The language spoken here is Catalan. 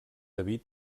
david